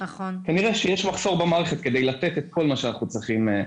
וכנראה שיש מחסור במערכת כדי לתת את כל מה שאנחנו צריכים לתת.